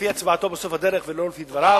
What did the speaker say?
לפי הצבעתו בסוף הדרך ולא לפי דבריו.